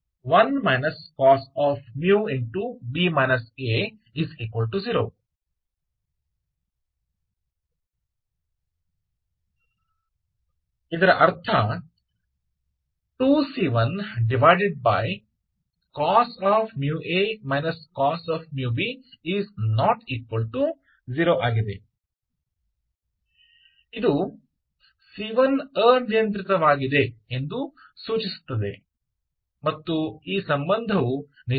1 cos μ 0 ಇದರರ್ಥ ⟹2c1cos μa cos μb ≠0 ಇದು c1ಅನಿಯಂತ್ರಿತವಾಗಿದೆ ಎಂದು ಸೂಚಿಸುತ್ತದೆ ಮತ್ತು ಈ ಸಂಬಂಧವು ನಿಜವಾಗಿದೆ